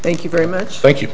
thank you very much thank you